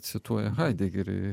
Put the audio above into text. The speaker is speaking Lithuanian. cituoja haidegerį